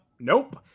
Nope